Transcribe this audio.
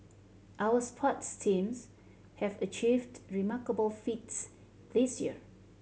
our sports teams have achieved remarkable feats this year